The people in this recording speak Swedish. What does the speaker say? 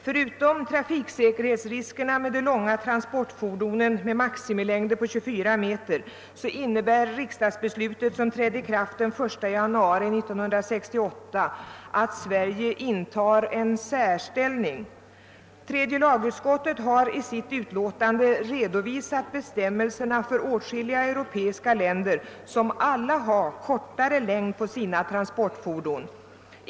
Förutom trafiksäkerhetsriskerna med de långa transportfordonen innebär det riksdagsbeslut om en maximal fordonslängd av 24 meter, som trädde i kraft den 1 januari 1968, att Sverige intar en särställning bland Europas stater. Tredje lagutskottet har i sitt utlåtande redovisat bestämmelserna i åtskilliga europeiska länder, som alla har mindre längd på sina transportfordon.